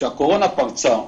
כשהקורונה פרצה,